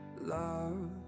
Love